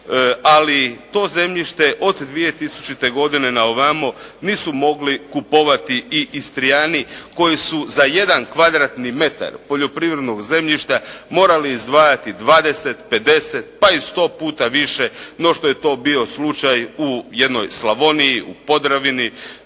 ali to zemljište od 2000. godine na ovamo nisu mogli kupovati i Istrijani koji su za jedan kvadratni metar poljoprivrednog zemljišta morali izdvajati 20, 50 pa i 100 puta više no što je to bio slučaj u jednoj Slavoniji, u Podravini,